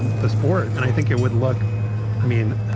the sport, and i think it would look i mean,